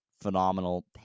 phenomenal